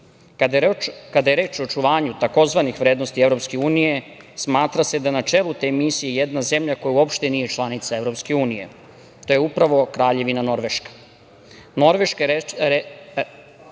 je reč o očuvanju tzv. vrednosti EU, smatra se da je na čelu te misije jedna zemlja koja uopšte nije članica EU, a to je upravo Kraljevina Norveška.